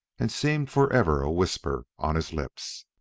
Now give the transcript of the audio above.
and seemed forever a-whisper on his lips.